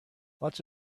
lots